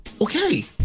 Okay